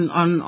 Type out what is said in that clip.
on